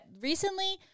recently